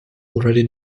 already